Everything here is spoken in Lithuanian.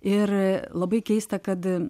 ir labai keista kad